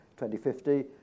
2050